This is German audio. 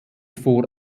vor